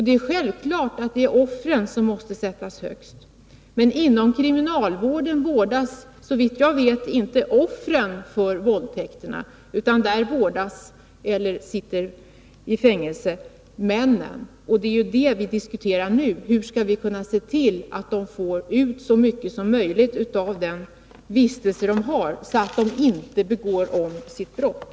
Det är självklart att det är offren som måste sättas högst. Men inom kriminalvården vårdas, såvitt jag vet, inte offren för våldtäkterna utan där vårdas männen, och det är dem vi diskuterar nu. Hur skall vi kunna se till att de får ut så mycket som möjligt av anstaltsvistelsen så att de inte begår samma brott på nytt?